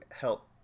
help